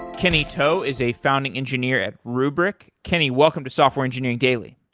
kenny, to so is a founding engineer at rubrik. kenny, welcome to software engineering daily.